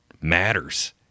matters